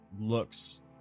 looks